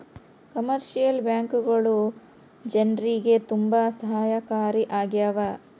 commercial ಬ್ಯಾಂಕ್ಗಳು ಜನ್ರಿಗೆ ತುಂಬಾ ಸಹಾಯಕಾರಿ ಆಗ್ಯಾವ